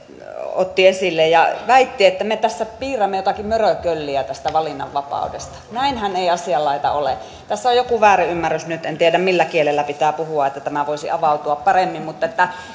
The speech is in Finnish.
otti esille ja väitti että me tässä piirrämme jotakin mörökölliä tästä valinnanvapaudesta näinhän ei asian laita ole tässä on joku väärinymmärrys nyt en tiedä millä kielellä pitää puhua että tämä voisi avautua paremmin